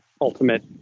ultimate